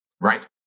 Right